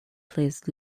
plays